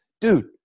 dude